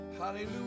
Hallelujah